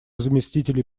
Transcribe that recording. заместителей